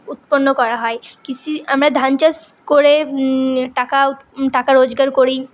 উৎপন্ন করা হয় কৃষি আমরা ধান চাষ করে টাকা টাকা রোজগার করি